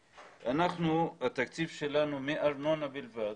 התקציב שלנו מארנונה בלבד,